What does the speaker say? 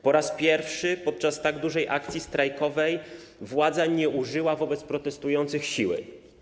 Po raz pierwszy podczas tak dużej akcji strajkowej władza nie użyła wobec protestujących siły.